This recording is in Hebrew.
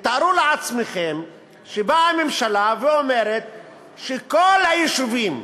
תארו לעצמכם שבאה הממשלה ואומרת שכל היישובים,